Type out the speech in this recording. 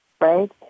right